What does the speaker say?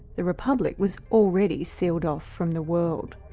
the republic was already sealed off from the world.